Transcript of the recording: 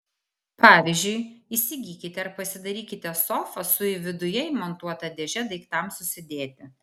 pavyzdžiui įsigykite ar pasidarykite sofą su viduje įmontuota dėže daiktams susidėti